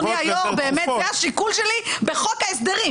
זה באמת השיקול שלי בחוק ההסדרים